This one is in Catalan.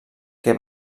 que